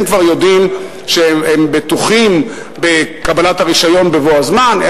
הם כבר יודעים שהם בטוחים בקבלת הרשיון בבוא הזמן.